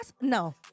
no